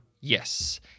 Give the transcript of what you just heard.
yes